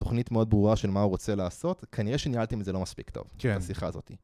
תוכנית מאוד ברורה של מה הוא רוצה לעשות כנראה שניהלתם את זה לא מספיק טוב. כן. בשיחה הזאתי.